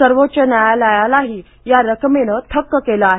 सर्वोच्च न्यायालयालाही या रकमेने थक्क केलं आहे